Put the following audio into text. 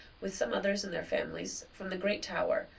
with some others and their families, from the great tower,